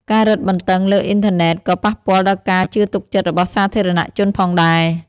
ការរឹតបន្ដឹងលើអ៊ីនធឺណិតក៏ប៉ះពាល់ដល់ការជឿទុកចិត្តរបស់សាធារណៈជនផងដែរ។